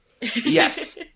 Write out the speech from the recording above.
Yes